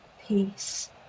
peace